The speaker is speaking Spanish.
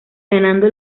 ganando